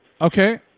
Okay